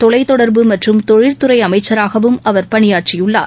தொலைத்தொடர்பு மற்றும் தொழில் துறைஅமைச்சராகவும் அவர் பணியாற்றியுள்ளார்